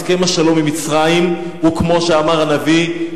הסכם השלום עם מצרים הוא כמו שאמר הנביא,